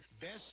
Best